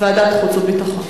ועדת החוץ והביטחון.